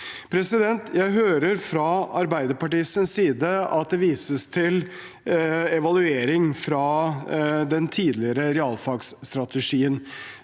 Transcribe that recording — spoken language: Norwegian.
matematikk. Jeg hører fra Arbeiderpartiets side at det vises til en evaluering av den tidligere realfagsstrategien.